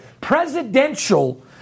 Presidential